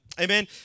amen